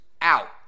out